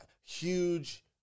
huge